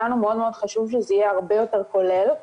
לנו מאוד מאוד חשוב שזה יהיה הרבה יותר כולל,